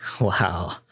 Wow